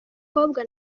mukobwa